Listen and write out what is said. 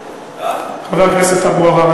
חבר הכנסת אבו עראר,